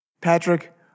Patrick